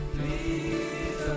Please